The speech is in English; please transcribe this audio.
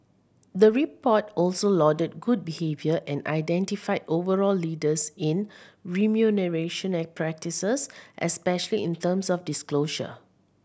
the report also lauded good behaviour and identified overall leaders in remuneration practices especially in terms of disclosure